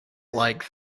like